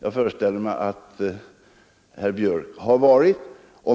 jag föreställer mig att herr Björck i Nässjö har varit.